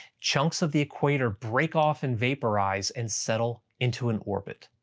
chunks of the equator break off and vaporize and settle into an orbit.